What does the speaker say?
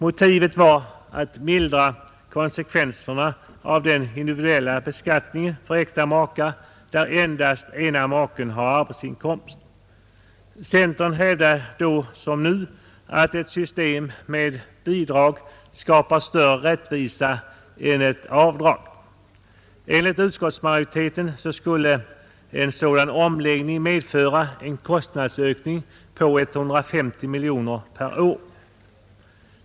Motivet var att detta bidrag skulle mildra konsekvenserna av den individuella beskattningen för äkta makar där endast ena maken har arbetsinkomst. Centern hävdade då, som nu, att ett system med bidrag skapar bättre rättvisa än ett avdrag. Enligt utskottsmajoriteten skulle en sådan omläggning medföra en kostnadsökning på 150 miljoner kronor per år.